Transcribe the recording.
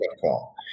call